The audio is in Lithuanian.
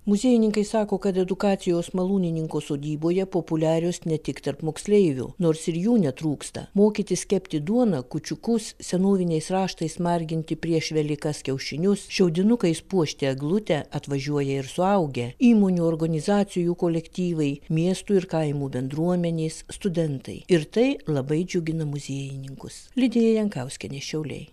muziejininkai sako kad edukacijos malūnininko sodyboje populiarios ne tik tarp moksleivių nors ir jų netrūksta mokytis kepti duoną kūčiukus senoviniais raštais marginti prieš velykas kiaušinius šiaudinukais puošti eglutę atvažiuoja ir suaugę įmonių organizacijų kolektyvai miestų ir kaimų bendruomenės studentai ir tai labai džiugina muziejininkus lidija jankauskienė šiauliai